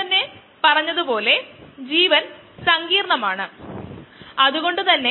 ഞാൻ പ്രതിനിധി ആയി ഒരു ബാച്ചിന്റെ വളർച്ച എടുത്തു